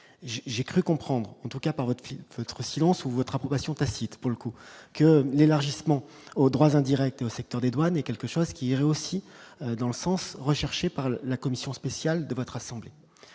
j'ai cru comprendre en tout cas pas votre film votre silence ou votre approbation tacite, pour le coup que l'élargissement aux droits indirects au secteur dédouaner quelque chose qui est aussi dans le sens recherché par la la commission spéciale de votre assemblée